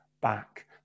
back